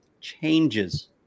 changes